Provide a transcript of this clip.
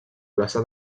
plaça